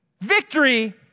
Victory